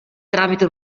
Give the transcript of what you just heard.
tramite